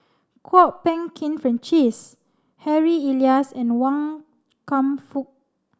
Kwok Peng Kin Francis Harry Elias and Wan Kam Fook